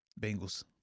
Bengals